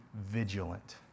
vigilant